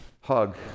hug